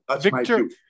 Victor